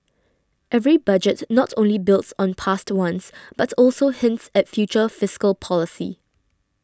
every Budget not only builds on past ones but also hints at future fiscal policy